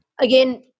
Again